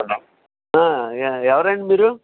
ఎవరండీ మీరు